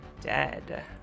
dead